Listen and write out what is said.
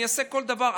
אני אעשה כל דבר,